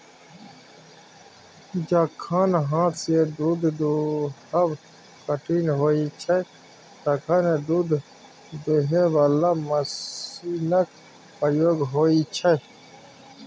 जखन हाथसँ दुध दुहब कठिन होइ छै तखन दुध दुहय बला मशीनक प्रयोग होइ छै